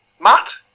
Matt